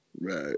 Right